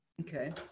okay